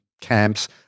camps